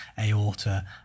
aorta